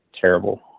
terrible